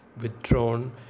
withdrawn